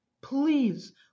please